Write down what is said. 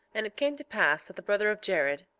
and it came to pass that the brother of jared,